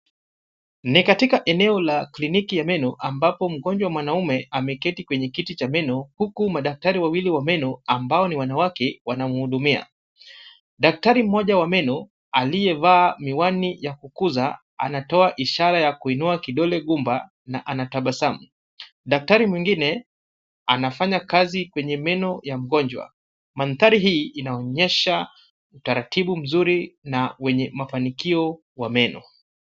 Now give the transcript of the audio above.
Ni katika eneo la kliniki ya meno, ambapo mgonjwa mwanaume ameketi kwenye kiti cha meno, huku madaktari wawili wa meno, ambao ni wanawake wanamhudumia. Daktari mmoja wa meno, aliyevaa miwani ya kukuza, anatoa ishara ya kuinua kidole gumba na anatabasamu. Daktari mwingine anafanya kazi kwenye meno ya mgonjwa. Mandhari hii inaonyesha utaratibu mzuri na wenye mafanikio wa meno.